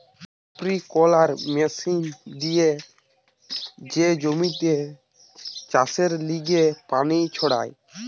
sprinkler machine দিয়ে যে জমিতে চাষের লিগে পানি ছড়ায়